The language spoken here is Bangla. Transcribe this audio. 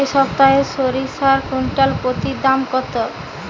এই সপ্তাহে সরিষার কুইন্টাল প্রতি দাম কত?